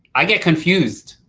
i get confused,